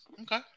Okay